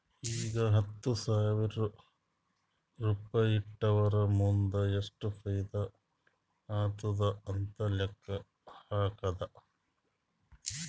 ಈಗ ಹತ್ತ್ ಸಾವಿರ್ ರುಪಾಯಿ ಇಟ್ಟುರ್ ಮುಂದ್ ಎಷ್ಟ ಫೈದಾ ಆತ್ತುದ್ ಅಂತ್ ಲೆಕ್ಕಾ ಹಾಕ್ಕಾದ್